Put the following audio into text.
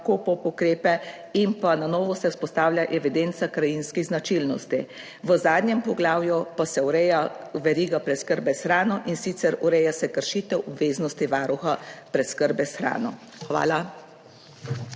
KOPOP ukrepe in pa na novo se vzpostavlja evidenca krajinskih značilnosti. V zadnjem poglavju pa se ureja veriga preskrbe s hrano, in sicer ureja se kršitev obveznosti varuha preskrbe s hrano. Hvala.